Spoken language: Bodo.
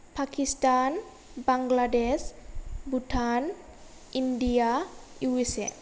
Pakistan Bangladesh Bhutan India U S A